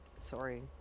sorry